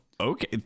okay